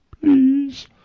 please